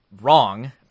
wrong